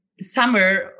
summer